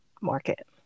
market